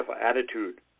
attitude